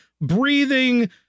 breathing